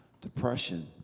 depression